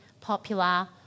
popular